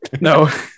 No